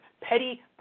Petty